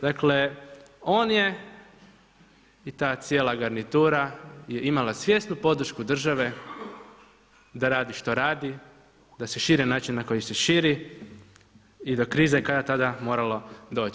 Dakle on je i ta cijela garnitura je imala svjesnu podršku države da radi što radi, da se širi na način na koji se širi i do krize je kada tada moralo doći.